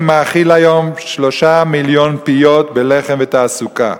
מאכיל היום שלושה מיליון פיות בלחם ותעסוקה.